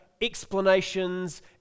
explanations